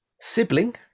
Sibling